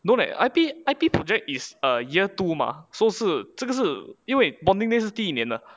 no leh I_P I_P project is a year two mah so 是这个是因为 bonding day 是第一年的